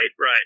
right